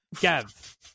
Gav